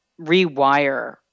rewire